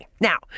Now